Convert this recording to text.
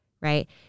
Right